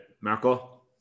Marco